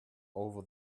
over